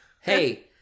Hey